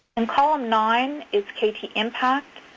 and column nine is kt impact.